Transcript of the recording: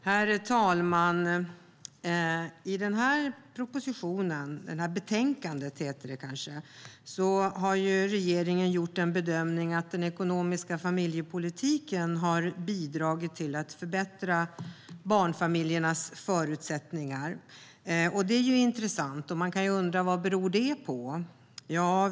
Herr talman! I det betänkande vi nu debatterar framgår att regeringen gjort bedömningen att den ekonomiska familjepolitiken har bidragit till att förbättra barnfamiljernas förutsättningar. Det är intressant, och man kan undra vad det beror på.